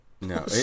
No